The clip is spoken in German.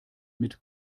mit